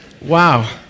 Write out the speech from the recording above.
Wow